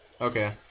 Okay